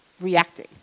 reacting